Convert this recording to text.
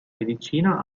medicina